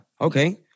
Okay